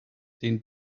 den